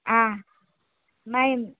ఆ మైం